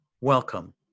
Welcome